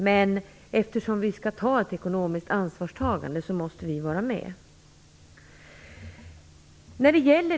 Men eftersom vi skall ta ett ekonomiskt ansvar måste vi vara med.